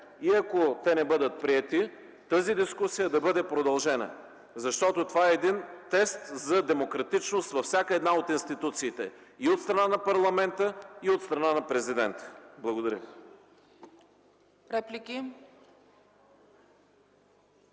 и ако те не бъдат приети, тази дискусия да бъде продължена, защото това е един тест за демократичност във всяка една от институциите – и от страна на парламента, и от страна на президента. Благодаря